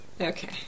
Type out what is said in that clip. Okay